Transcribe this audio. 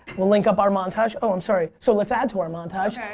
we'll link up our montage. oh i'm sorry. so let's add to our montage. okay.